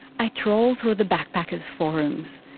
i trawl through the backpackers forums.